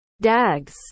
DAGs